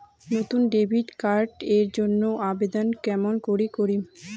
নতুন debit card এর জন্যে আবেদন কেমন করি করিম?